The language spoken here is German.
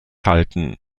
halten